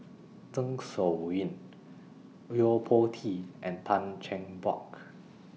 Zeng Shouyin Yo Po Tee and Tan Cheng Bock